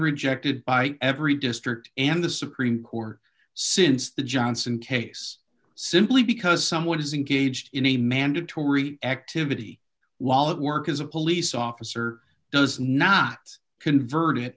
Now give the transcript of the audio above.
rejected by every district and the supreme court since the johnson case simply because someone has engaged in a mandatory activity while at work as a police officer does not convert